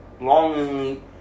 longingly